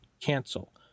cancel